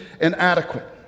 inadequate